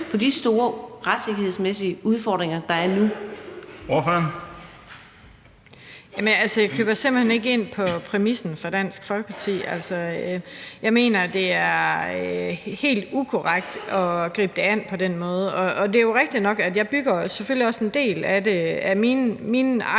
Ordføreren. Kl. 19:26 Camilla Fabricius (S): Jeg køber simpelt hen ikke ind på præmissen fra Dansk Folkeparti. Jeg mener, det er helt ukorrekt at gribe det an på den måde. Det er jo rigtigt nok, at jeg selvfølgelig også bygger en del af mine egne